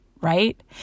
Right